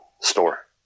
store